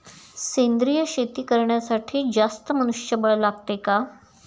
सेंद्रिय शेती करण्यासाठी जास्त मनुष्यबळ लागते का?